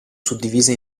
suddivise